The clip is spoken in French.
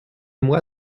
moi